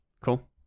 Cool